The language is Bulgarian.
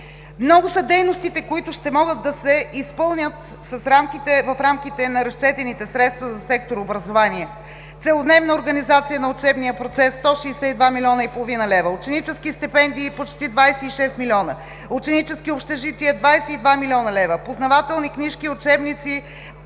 Много са дейностите, които ще могат да се изпълнят в рамките на разчетените средства за сектор „Образование“: целодневна организация на учебния процес – 162,5 млн. лв.; ученически стипендии – почти 26 млн.; ученически общежития – 22 млн. лв.; познавателни книжки, учебници